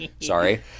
sorry